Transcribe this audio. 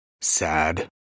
Sad